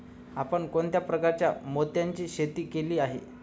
आपण कोणत्या प्रकारच्या मोत्यांची शेती केली आहे?